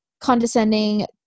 Condescending